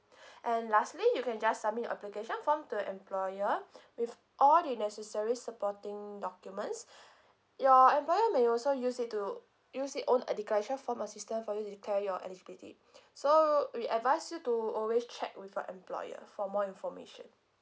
and lastly you can just submit your application form to your employer with all the necessary supporting documents your employer may also use it to use it own a declaration form or system for you to declare your eligibility so we advise you to always check with your employer for more information